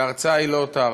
וההרצאה היא לא אותה הרצאה,